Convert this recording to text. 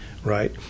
Right